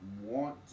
want